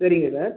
சரிங்க சார்